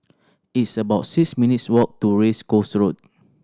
it's about six minutes' walk to Race Course Road